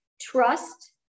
trust